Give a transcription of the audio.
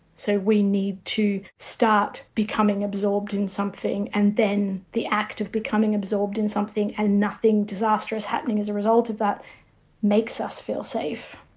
so we need to start becoming absorbed in something and then the act of becoming absorbed in something and nothing disastrous happening as a result of that makes us feel safe.